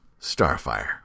Starfire